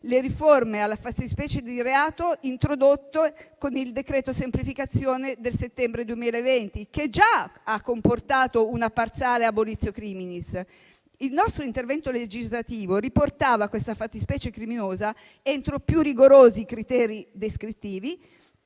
le riforme della fattispecie di reato introdotte con il decreto semplificazione del settembre 2020, che già aveva comportato una parziale *abolitio criminis*? Il nostro intervento legislativo riportava questa fattispecie criminosa entro più rigorosi criteri descrittivi,